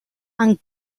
and